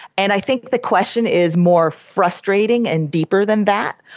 and i think the question is more frustrating and deeper than that.